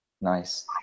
nice